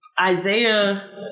Isaiah